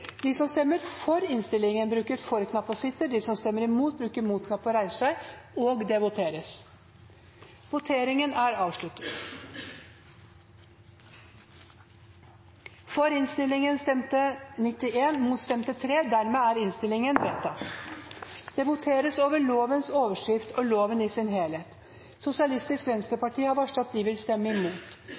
de vil stemme imot. Det voteres over lovens overskrift og loven i sin helhet. Sosialistisk Venstreparti har varslet at de vil stemme imot.